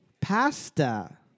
Pasta